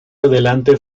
adelante